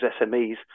SMEs